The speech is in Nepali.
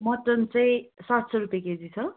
मटन चाहिँ सात सय रुपियाँ केजी छ